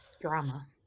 Drama